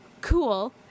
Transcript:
Cool